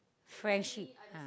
friendship